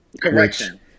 Correction